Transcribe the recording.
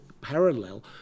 parallel